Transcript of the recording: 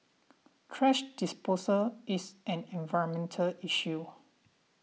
thrash disposal is an environmental issue